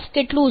કેટલું છે